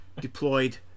deployed